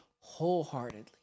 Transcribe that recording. wholeheartedly